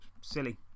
Silly